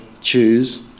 choose